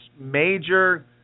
major